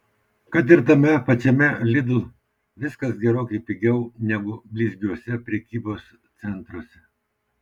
kad ir tame pačiame lidl viskas gerokai pigiau negu blizgiuose prekybos centruose